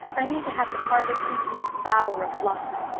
i mean to have the parlor simply a bower of blossoms.